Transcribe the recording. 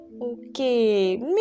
Okay